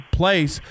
place